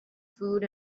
food